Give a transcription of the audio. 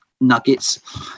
nuggets